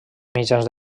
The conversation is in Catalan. mitjans